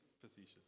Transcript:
facetious